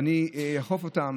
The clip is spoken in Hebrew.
ואני אאכוף עליהן,